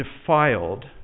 defiled